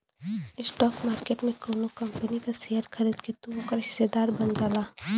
stock market में कउनो company क शेयर खरीद के तू ओकर हिस्सेदार बन जाला